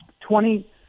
twenty